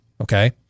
Okay